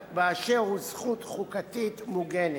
באשר הוא זכות חוקתית מוגנת.